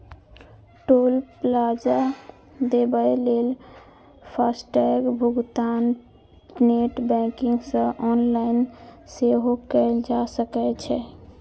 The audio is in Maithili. टोल प्लाजा देबय लेल फास्टैग भुगतान नेट बैंकिंग सं ऑनलाइन सेहो कैल जा सकै छै